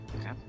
Okay